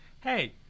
hey